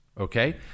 Okay